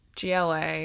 GLA